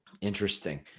Interesting